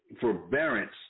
forbearance